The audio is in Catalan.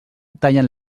tallen